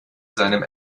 seinem